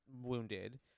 wounded